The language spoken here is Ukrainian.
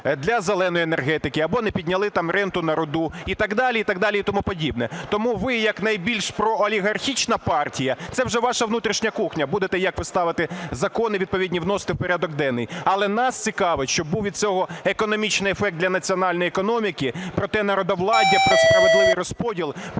для "зеленої" енергетики або не підняли ренту на руду і так далі, і так далі, і тому подібне. Тому ви як найбільш проолігархічна партія, це вже ваша внутрішня кухня, будете як ви ставити закони відповідні вносити в порядок денний. Але нас цікавить, щоб був від цього економічний ефект для національної економіки, про те народовладдя, про справедливий розподіл,